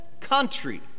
country